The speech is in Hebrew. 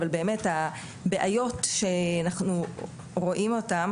אבל באמת הבעיות שאנחנו רואים אותן